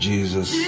Jesus